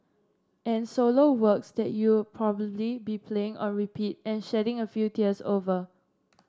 and solo works that you'll probably be playing on repeat and shedding a few tears over